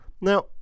Now